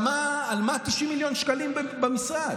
על מה 90 מיליון שקלים במשרד?